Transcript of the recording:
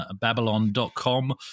Babylon.com